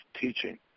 teaching